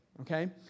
okay